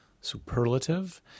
superlative